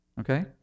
Okay